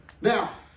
Now